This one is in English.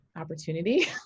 opportunity